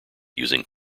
using